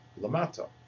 Lamata